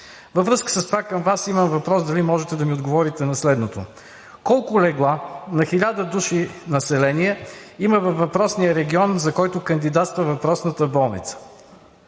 Във връзка с това към Вас имам въпрос. Дали можете да ми отговорите на следното: колко легла на 1000 души население има във въпросния регион, за който кандидатства въпросната болница?